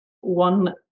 one